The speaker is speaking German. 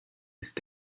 ist